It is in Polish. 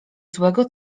złego